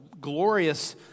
glorious